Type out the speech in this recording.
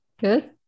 good